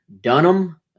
Dunham